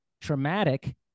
traumatic